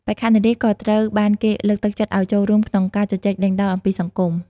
បេក្ខនារីក៏ត្រូវបានគេលើកទឹកចិត្តឲ្យចូលរួមក្នុងការជជែកដេញដោលអំពីសង្គម។